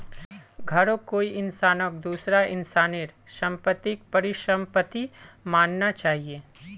घरौंक कोई इंसानक दूसरा इंसानेर सम्पत्तिक परिसम्पत्ति मानना चाहिये